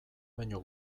baino